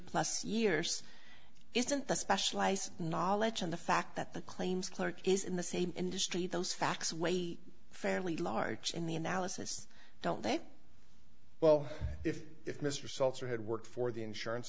plus years isn't the specialized knowledge and the fact that the claims clerk is in the same industry those facts were a family larch in the analysis don't they well if if mr seltzer had worked for the insurance